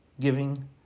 giving